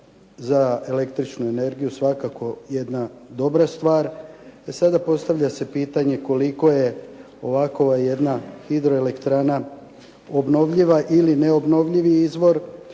za električnu energiju svakako jedna dobra stvar. E, sada postavlja se pitanje koliko je ovakova jedna hidroelektrana obnovljiva ili neobnovljivi izvor,